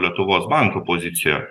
lietuvos banko pozicija